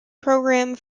programme